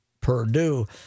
Purdue